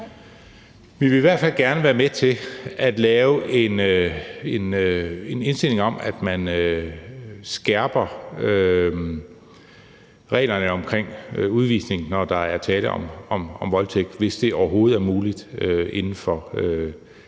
Vi vil i hvert fald gerne være med til at lave en indstilling om, at man skærper reglerne om udvisning, når der er tale om voldtægt, hvis det overhovedet er muligt inden for de